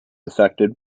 affected